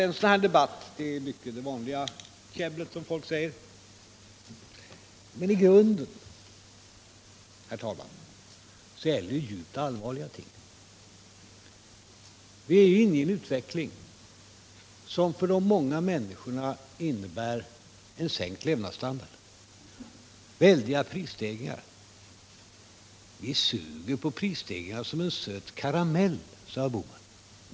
En sådan här debatt innehåller mycket av det vanliga käbblet, som folk brukar säga. Men i grunden, herr talman, så gäller den djupt allvarliga ting. Vi är inne i en utveckling som för de många människorna innebär en sänkt levnadsstandard med väldiga prisstegringar. Vi suger på prisstegringarna som en söt karamell, sade Gösta Bohman.